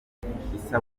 isabukuru